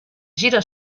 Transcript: gira